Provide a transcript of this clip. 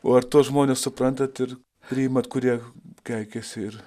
o ar tuos žmones suprantat ir priimat kurie keikiasi ir